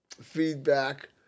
feedback